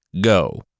Go